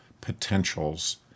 potentials